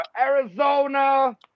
Arizona